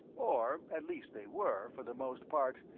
or, at least, they were, for the most part,